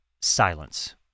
silence